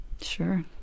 Sure